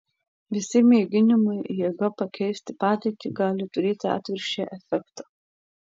visi mėginimai jėga pakeisti padėtį gali turėti atvirkščią efektą